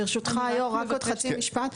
ברשותך היו"ר רק עוד חצי משפט.